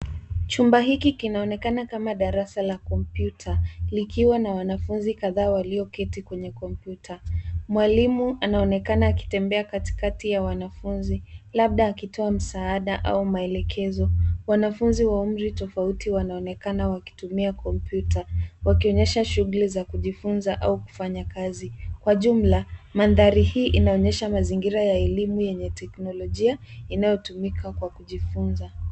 Chumba hiki kinaonekana kama darasa la kompyuta likiwa na wanafunzi kadhaa walioketi kwenye kompyuta. Mwalimu anaonekana akitembea katikati ya wanafunzi labda akitoa msaada au maelekezo. Wanafunzi wa umri tofauti wanaonekana wakitumia kompyuta wakionyesha shughuli za kujifunza au kufanya kazi. Kwa jumla mandhari hii inaonyesha mazingira ya elimu yenye teknologia inayotumika kwa kujifunza.